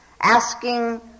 asking